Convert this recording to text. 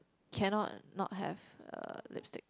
cannot not have uh lipstick